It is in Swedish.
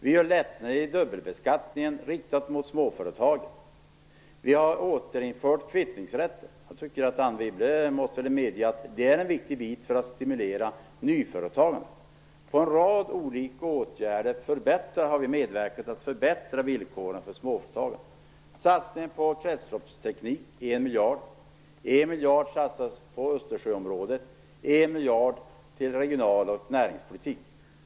Vi gör lättnader i dubbelbeskattningen, riktade mot småföretagen. Vi har återinfört kvittningsrätten. Anne Wibble måste väl medge att det är viktigt för att stimulera nyföretagande? Genom en rad olika åtgärder har vi medverkat till att förbättra villkoren för småföretagare. Vi satsar på kretsloppsteknik - 1 miljard. 1 miljard satsas på Östersjöområdet, och 1 miljard på regional och näringspolitik.